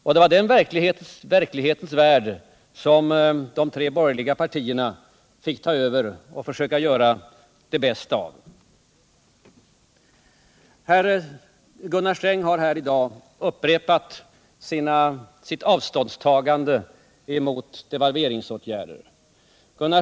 Och det var trots allt den verklighetens värld som de tre borgerliga partierna fick ta över och försöka göra det bästa av. Herr Gunnar Sträng har i dag upprepat sitt avståndstagande från devalveringsåtgärderna.